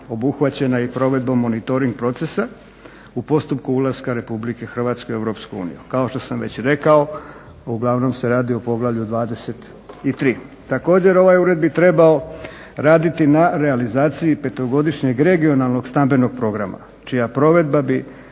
obuhvaćena i provedbom monitoring procesa u postupku ulaska RH u EU kao što sam već rekao uglavnom se radi o poglavlju 23. Također ovaj ured bi trebao raditi na realizaciji petogodišnjeg regionalnog stambenog programa čija provedba bi